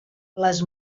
les